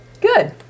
good